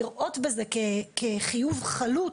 לראות בזה כחיוב חלוט,